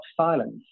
silence